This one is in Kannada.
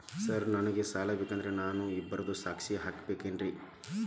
ಸರ್ ನನಗೆ ಸಾಲ ಬೇಕಂದ್ರೆ ನಾನು ಇಬ್ಬರದು ಸಾಕ್ಷಿ ಹಾಕಸಬೇಕೇನ್ರಿ?